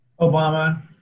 Obama